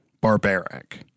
barbaric